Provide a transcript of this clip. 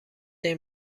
این